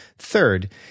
Third